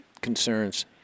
concerns